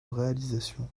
réalisation